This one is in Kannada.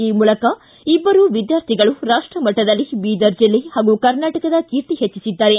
ಈ ಮೂಲಕ ಇಬ್ಬರು ವಿದ್ಯಾರ್ಥಿಗಳು ರಾಷ್ಟಮಟ್ಟದಲ್ಲಿ ಬೀದರ್ ಜೆಲ್ಲೆ ಹಾಗೂ ಕರ್ನಾಟಕದ ಕೀರ್ತಿ ಹೆಚ್ಚಿಸಿದ್ದಾರೆ